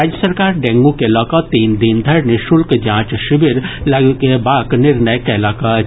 राज्य सरकार डेंगू के लऽकऽ तीन दिन धरि निःशुल्क जांच शिविर लगेबाक निर्णय कयलक अछि